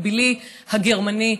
מקבילי הגרמני,